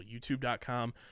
YouTube.com